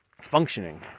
functioning